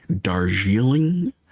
Darjeeling